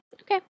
Okay